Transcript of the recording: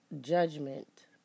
judgment